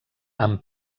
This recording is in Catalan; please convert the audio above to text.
amb